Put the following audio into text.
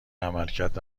عملکرد